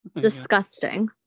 disgusting